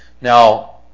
Now